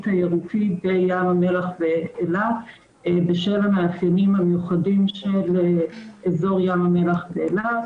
תיירותי בים המלח ואילת בשל המאפיינים המיוחדים של אזור ים המלח ואילת.